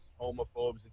homophobes